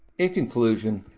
in conclusion,